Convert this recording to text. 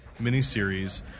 miniseries